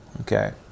Okay